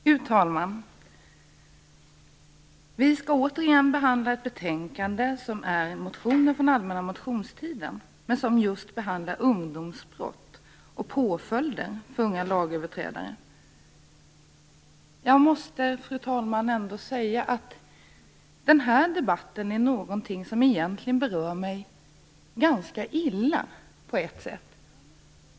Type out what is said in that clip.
Fru talman! Vi skall återigen behandla ett betänkande som bygger på motioner från allmänna motionstiden. Det behandlar just ungdomsbrott och påföljden för unga lagöverträdare. Jag måste säga, fru talman, att den här debatten på ett sätt berör mig ganska illa.